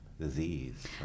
disease